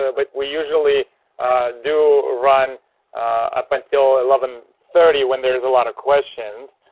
ah but we usually do run up until eleven thirty when there's a lot of questions,